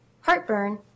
heartburn